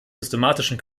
systematischen